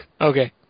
Okay